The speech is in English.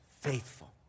faithful